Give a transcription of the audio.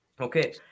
Okay